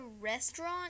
restaurant